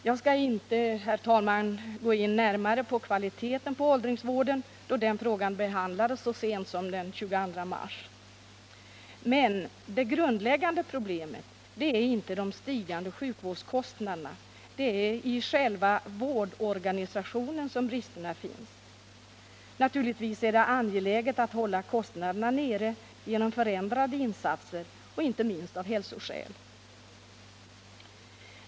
Jag skall inte, herr talman, gå in närmare på kvaliteten på åldringsvården, då den frågan behandlades så sent som den 22 mars. Det grundläggande problemet är inte de stigande sjukvårdskostnaderna — det är i själva vårdorganisationen som bristerna finns. Naturligtvis är det angeläget att hålla kostnaderna nere, genom förändrade insatser och inte minst av hälsoskäl.